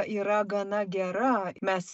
yra gana gera mes